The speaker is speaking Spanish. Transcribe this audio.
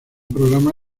programa